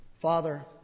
Father